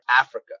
Africa